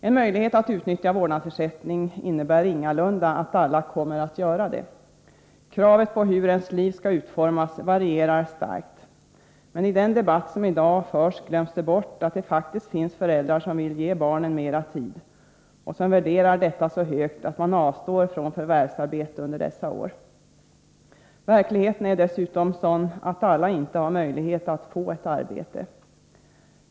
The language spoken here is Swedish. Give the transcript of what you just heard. En möjlighet att utnyttja vårdnadsersättning innebär ingalunda att alla kommer att göra det. Kravet på hur ens liv skall utformas varierar starkt. Men i den debatt som i dag förs glöms det bort, att det faktiskt finns föräldrar som vill ge barnen mera tid och som värderar detta så högt att de avstår från förvärvsarbete under dessa år. Verkligheten är dessutom sådan att alla inte har möjlighet att få ett arbete.